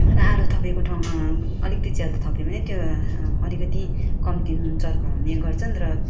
र आलु थपेको ठाँउमा अलिकति ज्यादा थप्यो भने त्यो अलिकति कम्ती नुन चर्को हुने गर्छन् र